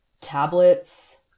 Tablets